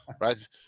right